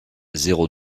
zéro